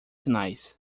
finais